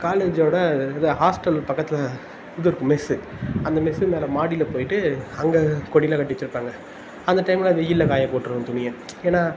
காலேஜ்ஜோடய இது ஹாஸ்டல் பக்கத்தில் இது இருக்கும் மெஸ்ஸு அந்த மெஸ்ஸு மேலே மாடியில் போய்விட்டு அங்கே கொடியெல்லாம் கட்டி வெச்சுருப்பாங்க அந்த டைமில் வெயிலில் காய போட்டிருவேன் துணியை ஏன்னால்